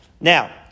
Now